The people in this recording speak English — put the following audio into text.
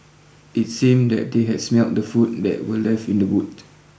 it seemed that they had smelt the food that were left in the boot